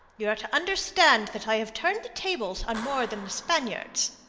you are to understand that i have turned the tables on more than the spaniards.